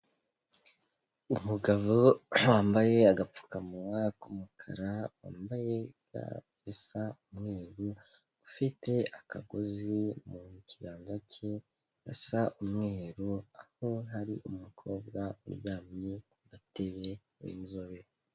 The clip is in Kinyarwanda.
Umugabo wambaye agapfukamunwa k'umukara, wambaye ga isa umweru, ufite akagozi mu kiganza cye gasa umweru, aho hari umukobwa uryamye ateye inzobe.